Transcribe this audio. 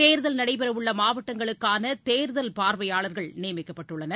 தேர்தல் நடைபெறஉள்ளமாவட்டங்களுக்கானதேர்தல் பார்வையாளர்கள் நியமிக்கப்பட்டுள்ளனர்